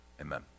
amen